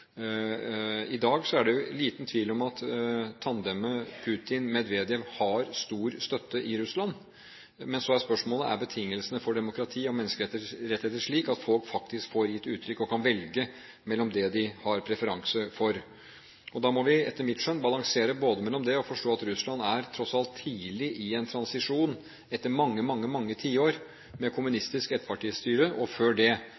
I dag er det liten tvil om at tandemet Putin–Medvedev har stor støtte i Russland. Men så er spørsmålet: Er betingelsene for demokrati og menneskerettigheter slik at folk faktisk får gitt uttrykk for og kan velge mellom det de har preferanse for? Da må vi etter mitt skjønn balansere mellom på den ene siden å erkjenne og forstå at Russland tross alt er tidlig i en transisjon – etter mange, mange tiår med kommunistisk ettpartistyre, og før det